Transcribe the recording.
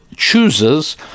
chooses